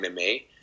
MMA